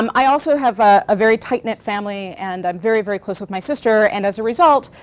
um i also have a ah very tight-knit family, and i'm very, very close with my sister, and as a result,